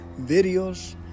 videos